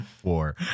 Four